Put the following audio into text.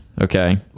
okay